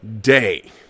day